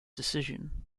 decision